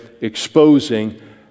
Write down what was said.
exposing